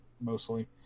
mostly